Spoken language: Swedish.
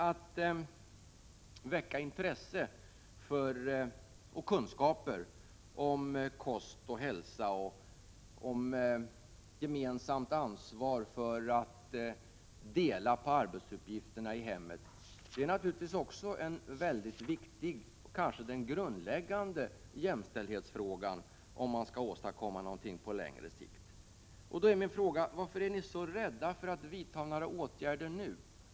Att väcka intresse för och ge kunskaper om kost och hälsa och gemensamt ansvar för arbetsuppgifterna i hemmet är naturligtvis en mycket viktig fråga, kanske den grundläggande jämställdhetsfrågan på längre sikt. Jag vill därför fråga: Varför är ni så rädda för att vidta några åtgärder nu?